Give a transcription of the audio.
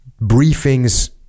briefings